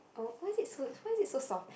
oh why is it why is it so soft